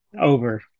Over